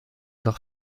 leur